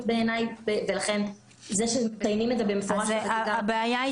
בעיניי וזה שמציינים את זה במפורש בחקיקה --- הבעיה,